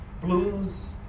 blues